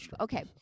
Okay